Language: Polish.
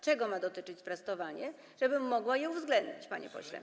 Czego ma dotyczyć sprostowanie, żebym mogła je uwzględnić, panie pośle?